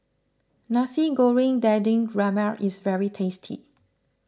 Nasi Goreng Daging Merah is very tasty